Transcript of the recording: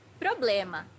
Problema